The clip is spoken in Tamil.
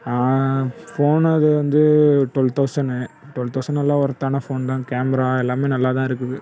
ஃபோன் அது வந்து டுவெல் தௌசண்ட்னு டுவெல் தௌசண்ட் நல்லா ஒர்த்தான ஃபோன் தான் கேமரா எல்லாமே நல்லா தான் இருக்குது